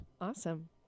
Awesome